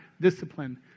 discipline